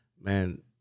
man